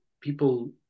people